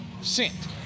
Sent